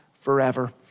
forever